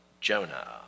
Jonah